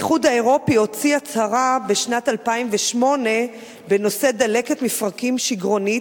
האיחוד האירופי הוציא בשנת 2008 הצהרה בנושא דלקת מפרקים שיגרונית,